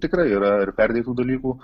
tikrai yra ir perdėtų dalykų